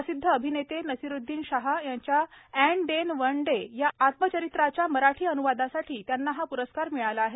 प्रसिध्द अभिनेते नसीरुद्दीन शाह यांच्या अँड देन वन डे या आत्मचरित्राचा मराठी अन्वादासाठी त्यांना हा पुरस्कार मिळाला आहे